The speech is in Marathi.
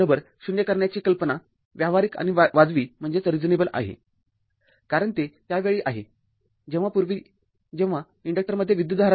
तर i0 करण्याची कल्पना व्यावहारिक आणि वाजवी आहे कारण ते त्यावेळी आहे जेव्हा पूर्वी जेव्हा इन्डक्टमध्ये विद्युतधारा नव्हती